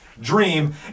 Dream